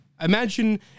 Imagine